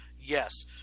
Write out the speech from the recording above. Yes